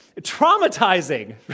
Traumatizing